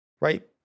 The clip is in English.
right